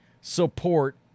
support